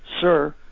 Sir